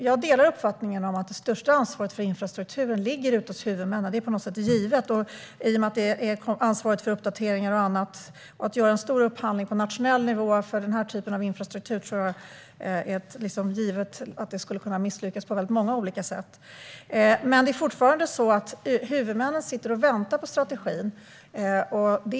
Jag delar uppfattningen att det största ansvaret för infrastrukturen ligger hos huvudmännen - detta är på något sätt givet i och med ansvaret för uppdateringar och annat. Att göra en stor upphandling på nationell nivå för den här typen av infrastruktur tror jag skulle kunna misslyckas på väldigt många olika sätt. Det är dock fortfarande så att huvudmännen sitter och väntar på strategin.